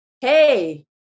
hey